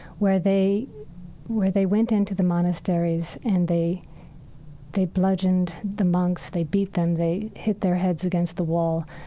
where they where they went in to the monasteries and they they bludgeoned the monks, they beat them, they hit their heads against the wall,